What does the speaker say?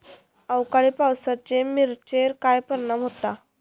अवकाळी पावसाचे मिरचेर काय परिणाम होता?